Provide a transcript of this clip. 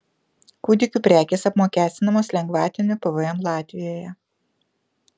kūdikių prekės apmokestinamos lengvatiniu pvm latvijoje